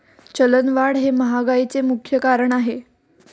चलनवाढ हे महागाईचे मुख्य कारण आहे